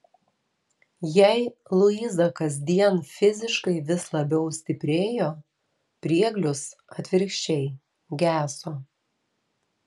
jei luiza kasdien fiziškai vis labiau stiprėjo prieglius atvirkščiai geso